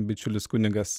bičiulis kunigas